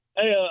Hey